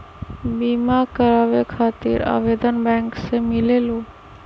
बिमा कराबे खातीर आवेदन बैंक से मिलेलु?